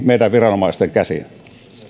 meidän viranomaistemme käsiin